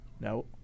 No